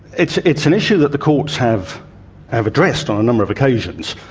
it's it's an issue that the courts have have addressed on a number of occasions.